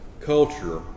culture